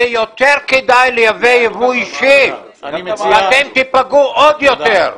יהיה יותר כדאי לייבא יבוא אישי ואתם תיפגעו עוד יותר.